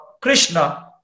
Krishna